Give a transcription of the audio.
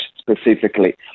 specifically